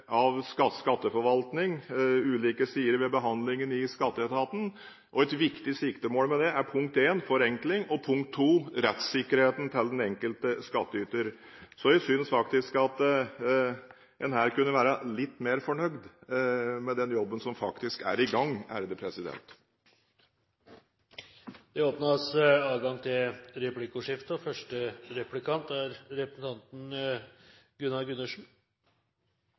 av skatteforvaltningen og ulike sider ved behandlingen i skatteetaten, og et viktig siktemål med det er punkt 1, forenkling, og punkt 2, rettssikkerheten til den enkelte skatteyter. Så jeg synes faktisk at en her kunne være litt mer fornøyd med den jobben som faktisk er i gang. Det blir replikkordskifte. Vi har merket oss arbeidet med en ny skatteforvaltningslov, og